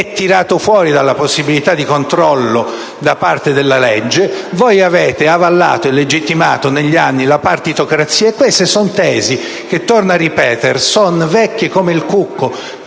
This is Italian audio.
è tirato fuori dalla possibilità di controllo da parte della legge. Voi avete avallato e legittimato, negli anni, la partitocrazia. Queste sono tesi - torno a ripetere - vecchie come il cucco.